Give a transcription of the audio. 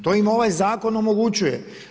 To im ovaj zakon omogućuje.